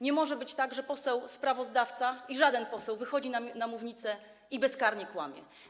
Nie może być tak, że poseł sprawozdawca, jakikolwiek poseł, wychodzi na mównicę i bezkarnie kłamie.